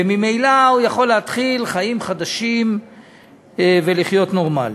וממילא הוא יכול להתחיל חיים חדשים ולחיות נורמלי.